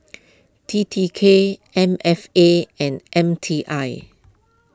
T T K M F A and M T I